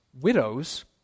widows